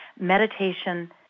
meditation